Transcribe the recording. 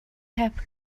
heb